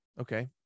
okay